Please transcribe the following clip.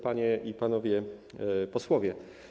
Panie i Panowie Posłowie!